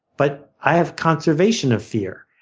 but i have conservation of fear,